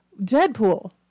deadpool